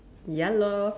ya lor